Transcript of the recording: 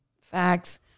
Facts